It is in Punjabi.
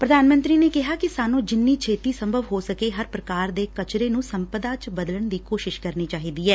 ਪ੍ਰਧਾਨ ਮੰਤਰੀ ਨੇ ਕਿਹਾ ਕਿ ਸਾਨੂੰ ਜਿਨੀ ਛੇਤੀ ਸੰਭਵ ਹੋ ਸਕੇ ਹਰ ਪ੍ਰਕਾਰ ਦੇ ਕਚਰੇ ਨੂੰ ਸੰਪਦਾ ਚ ਬਦਲਣ ਦੀ ਕੋਸ਼ਿਸ਼ ਕਰਨੀ ਚਾਹੀਦੀ ਐ